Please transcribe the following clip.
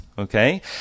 Okay